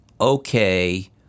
okay